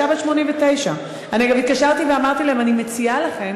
אישה בת 89. אני גם התקשרתי ואמרתי להם: אני מציעה לכם